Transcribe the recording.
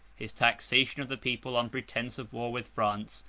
his taxation of the people, on pretence of war with france,